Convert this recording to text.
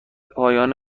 پایان